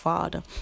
Father